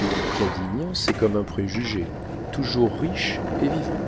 une cadignan c'est comme un préjugé toujours riche et vivant